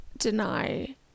deny